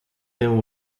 them